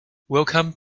welcome